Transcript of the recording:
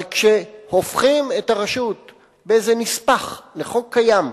אבל כשהופכים את הרשות באיזה נספח לחוק קיים,